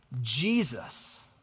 Jesus